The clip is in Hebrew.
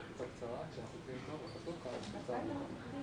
וזה בעיקר בגלל שזה היה בתיעדוף גבוה מצד משרד הבריאות.